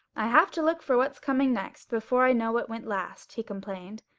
i have to look for what's coming next before i know what went last he complained.